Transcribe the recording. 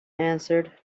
answered